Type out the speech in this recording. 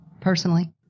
personally